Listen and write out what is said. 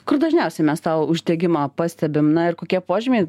kur dažniausiai mes tą uždegimą pastebim na ir kokie požymiai